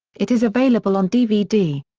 it is available on dvd.